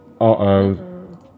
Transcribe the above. Uh-oh